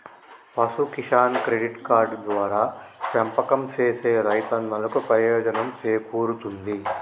పశు Kisan credit card ద్వారా పెంపకం సేసే రైతన్నలకు ప్రయోజనం సేకూరుతుంది